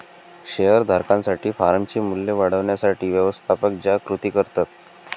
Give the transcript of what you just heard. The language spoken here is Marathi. शेअर धारकांसाठी फर्मचे मूल्य वाढवण्यासाठी व्यवस्थापक ज्या कृती करतात